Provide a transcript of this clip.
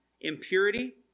impurity